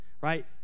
right